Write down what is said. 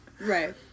right